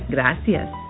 Gracias